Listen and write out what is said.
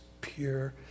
pure